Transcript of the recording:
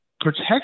protect